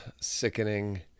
sickening